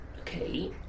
Okay